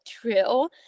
true